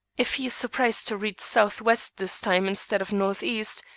if he is surprised to read southwest this time instead of northeast,